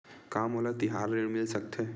का मोला तिहार ऋण मिल सकथे?